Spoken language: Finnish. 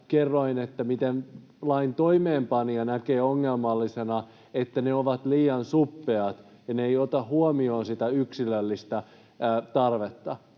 kerroin, miten lain toimeenpanija näkee ongelmallisena sen, että ne ovat liian suppeat ja ne eivät ota huomioon sitä yksilöllistä tarvetta.